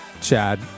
Chad